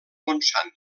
montsant